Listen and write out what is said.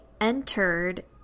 entered